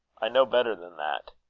i know better than that.